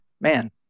man